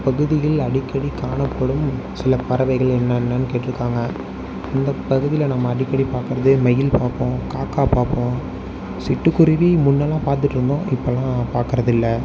இப்பகுதியில் அடிக்கடி காணப்படும் சில பறவைகள் என்னென்னன்னு கேட்டிருக்காங்க இந்த பகுதியில் நம்ம அடிக்கடி பார்க்குறது மயில் பார்ப்போம் காக்கா பார்ப்போம் சிட்டு குருவி முன்னெலாம் பார்த்துட்டு இருந்தோம் இப்பெலாம் பார்க்குறது இல்லை